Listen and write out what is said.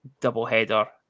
doubleheader